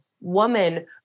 woman